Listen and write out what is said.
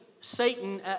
Satan